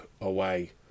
away